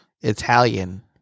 Italian